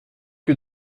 que